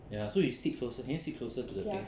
ya so you sit closer can you sit closer to the thing